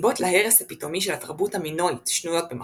הסיבות להרס הפתאומי של התרבות המינואית שנויות במחלוקת,